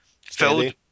filled